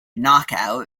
knockout